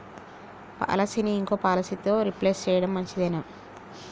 పాలసీని ఇంకో పాలసీతో రీప్లేస్ చేయడం మంచిదేనా?